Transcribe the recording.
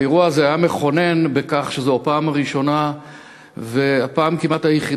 והאירוע הזה היה מכונן בכך שזו הייתה הפעם הראשונה והפעם הכמעט-יחידה,